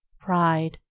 pride